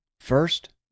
First